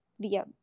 via